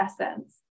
essence